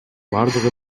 бардыгы